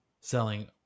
selling